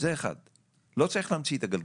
לא צריך להמציא את הגלגל.